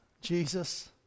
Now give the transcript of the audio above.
Jesus